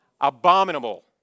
Abominable